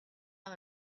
out